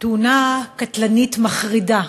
תאונה קטלנית מחרידה